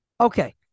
Okay